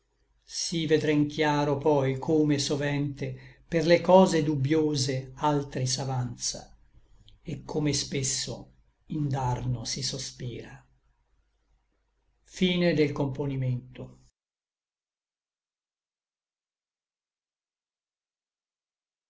sí vedrem chiaro poi come sovente per le cose dubbiose altri s'avanza et come spesso indarno si sospira già